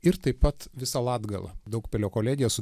ir taip pat visa latgala daugpilio kolegija su